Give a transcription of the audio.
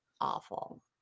awful